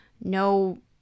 no